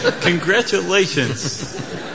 Congratulations